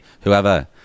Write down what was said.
whoever